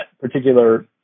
particular